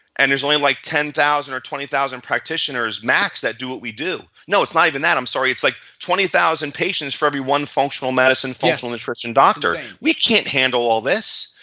and there's only like ten thousand or twenty thousand practitioners max that do what we do. no, it's not even that. i'm sorry, like twenty thousand patients for every one functional medicine functional nutrition doctor. we can't handle all this.